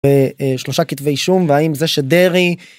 שלושה כתבי אישום והאם זה שדרעי.